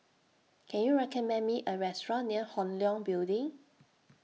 Can YOU recommend Me A Restaurant near Hong Leong Building